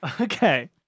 Okay